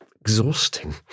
exhausting